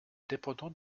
dépendant